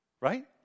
Right